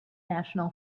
national